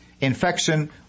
Infection